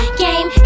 game